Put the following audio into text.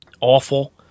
awful